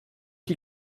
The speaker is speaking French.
qui